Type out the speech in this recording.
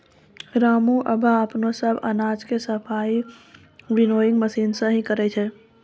रामू आबॅ अपनो सब अनाज के सफाई विनोइंग मशीन सॅ हीं करै छै